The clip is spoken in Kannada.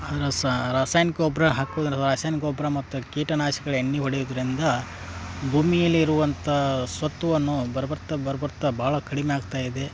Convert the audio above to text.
ರಸ ರಾಸಾಯನಿಕ ಗೊಬ್ಬರ ಹಾಕೋದ್ ರಾಸಾಯನ ಗೊಬ್ಬರ ಮತ್ತು ಕೀಟನಾಶಕ್ಗಳ ಎಣ್ಣೆ ಹೊಡಿಯುವುದ್ರಿಂದ ಭೂಮಿಯಲ್ಲಿರುವಂಥ ಸತ್ವವನ್ನು ಬರಬರ್ತಾ ಬರಬರ್ತಾ ಭಾಳ ಕಡಿಮೆ ಆಗ್ತಾಯಿದೆ